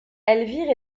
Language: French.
elvire